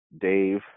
Dave